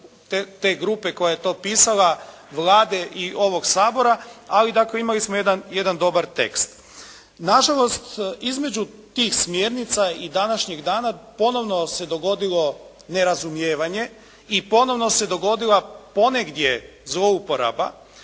te grupe koja je to pisala, Vlade i ovog Sabora, ali dakle imali smo jedan dobar tekst. Na žalost između tih smjernica i današnjeg dana ponovno se dogodilo nerazumijevanje i ponovno se dogodila ponegdje zlouporaba,